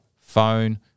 phone